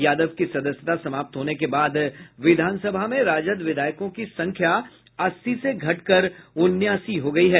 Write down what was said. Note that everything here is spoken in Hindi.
यादव की सदस्यता समाप्त होने के बाद विधानसभा में राजद विधायकों की संख्या अस्सी से घटकर उनासी हो गयी है